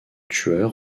tueur